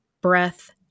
Breath